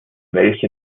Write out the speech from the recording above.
welche